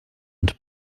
und